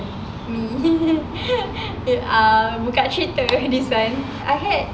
me uh um buka cerita this [one] I had